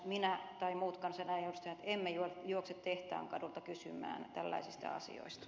minä tai muut kansanedustajat emme juokse tehtaankadulta kysymään tällaisista asioista